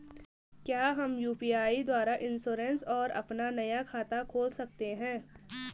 क्या हम यु.पी.आई द्वारा इन्श्योरेंस और अपना नया खाता खोल सकते हैं?